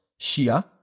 Shia